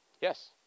Yes